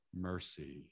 mercy